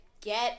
get